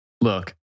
Look